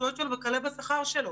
הזכויות שלו וכלה בשכר שלו,